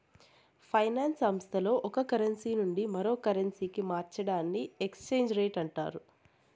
finance సంస్థల్లో ఒక currency నుండి మరో కరెన్సీకి మార్చడాన్ని ఎక్స్చేంజ్ రేట్ అంటారు